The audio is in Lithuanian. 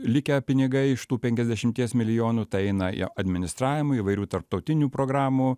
likę pinigai iš tų penkiasdešimties milijonų tai eina jo administravimui įvairių tarptautinių programų